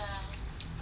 quite cool orh